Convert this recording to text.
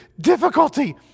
difficulty